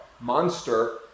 monster